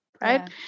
right